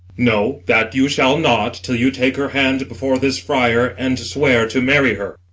no, that you shall not, till you take her hand before this friar, and swear to marry her.